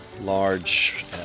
large